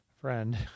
friend